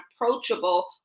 approachable